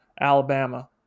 Alabama